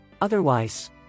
Otherwise